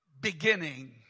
beginning